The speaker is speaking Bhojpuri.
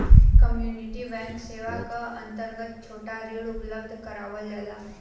कम्युनिटी बैंक सेवा क अंतर्गत छोटा ऋण उपलब्ध करावल जाला